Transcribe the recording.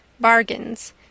Bargains